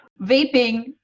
Vaping